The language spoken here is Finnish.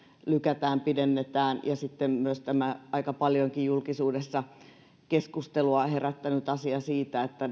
lykätään tai pidennetään ja sitten on myös tämä aika paljonkin julkisuudessa keskustelua herättänyt asia että